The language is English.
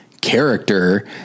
character